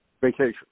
vacation